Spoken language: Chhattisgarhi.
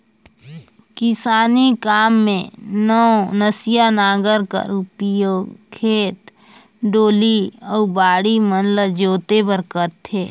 किसानी काम मे नवनसिया नांगर कर उपियोग खेत, डोली अउ बाड़ी मन ल जोते बर करथे